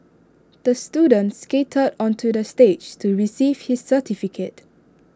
the student skated onto the stage to receive his certificate